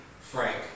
frank